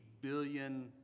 billion